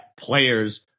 Players